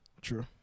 True